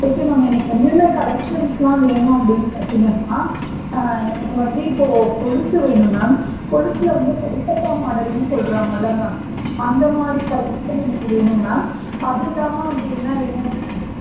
okay ma'am எனக்கு என்னென்ன கலெக்ஷன்ஸுலாம் வேணும் அப்படின்னு பார்த்திங்கன்னா எனக்கு வந்து இப்போது கொலுசு வேணும் மேம் கொலுசில் வந்து கல்கத்தா மாடலுன்னு சொல்கிறாங்கள்ல மேம் அந்தமாதிரி கலெக்ஷன் எனக்கு வேணும் மேம் அது இல்லாமல் அப்படி என்ன வேணும் அப்படின்னா